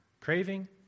Craving